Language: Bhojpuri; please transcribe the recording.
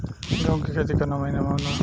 गेहूँ के खेती कवना महीना में होला?